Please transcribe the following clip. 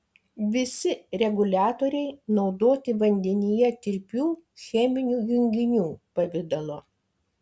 visi reguliatoriai naudoti vandenyje tirpių cheminių junginių pavidalo